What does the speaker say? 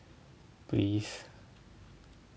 please